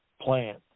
plant